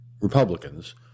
Republicans